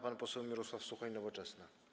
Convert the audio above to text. Pan poseł Mirosław Suchoń, Nowoczesna.